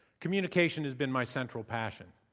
communication has been my central passion.